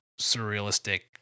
surrealistic